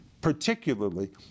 particularly